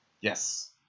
Yes